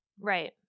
Right